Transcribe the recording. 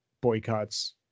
boycotts